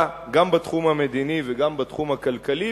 גם בתחום המדיני וגם בתחום הכלכלי,